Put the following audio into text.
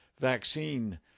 vaccine